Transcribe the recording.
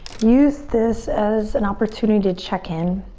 use this as an opportunity to check in.